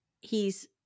He's-